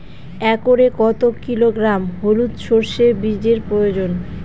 একরে কত কিলোগ্রাম হলুদ সরষে বীজের প্রয়োজন?